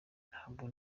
ntabwo